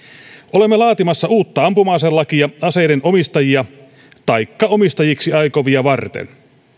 olemme laatimassa uutta ampuma aselakia aseiden omistajia taikka omistajiksi aikovia varten